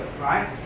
Right